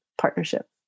partnership